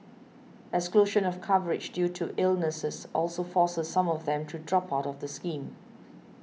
exclusion of coverage due to illnesses also forces some of them to drop out of the scheme